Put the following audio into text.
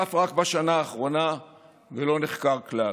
נחשף רק בשנה האחרונה ולא נחקר כלל.